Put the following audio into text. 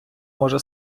може